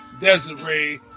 Desiree